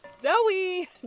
Zoe